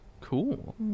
Cool